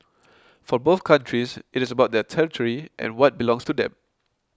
for both countries it is about their territory and what belongs to them